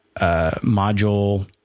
module